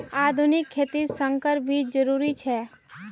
आधुनिक खेतित संकर बीज जरुरी छे